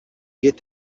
get